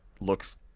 looks